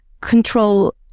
control